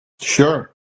Sure